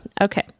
Okay